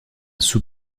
sous